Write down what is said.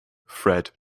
fred